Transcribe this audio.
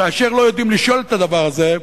כאשר לא יודעים לשאול את הדבר הזה,